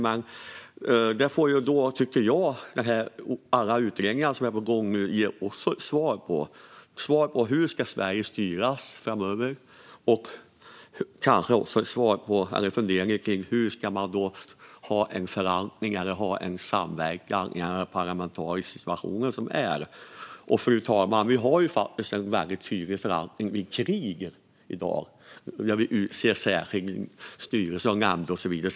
Men jag tycker att alla utredningar som nu är på gång får ge oss ett svar på hur Sverige ska styras framöver och kanske också funderingar kring hur en förankring eller samverkan ska se ut i den parlamentariska situation som är. Fru talman! Vi har faktiskt en väldigt tydlig förvaltning i dag vid krig där vi utser en särskild styrning, som nämnder och så vidare.